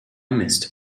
missed